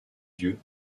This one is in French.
yeux